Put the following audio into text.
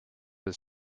his